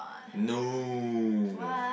no